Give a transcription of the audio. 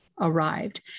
arrived